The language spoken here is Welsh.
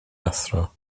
athro